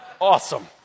Awesome